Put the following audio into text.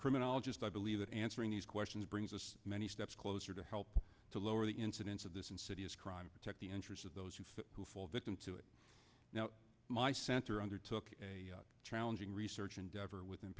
criminologist i believe that answering these questions brings us many steps closer to help to lower the incidence of this insidious crime protect the interest of those youth who fall victim to it now my center undertook a challenging research endeavor with